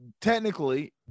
technically